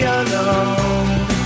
alone